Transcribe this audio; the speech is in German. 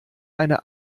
eine